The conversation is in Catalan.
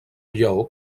lleó